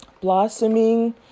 blossoming